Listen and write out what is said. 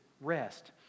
rest